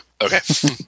Okay